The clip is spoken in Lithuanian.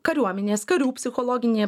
kariuomenės karių psichologinį